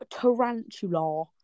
tarantula